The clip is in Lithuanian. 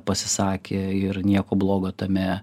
pasisakė ir nieko blogo tame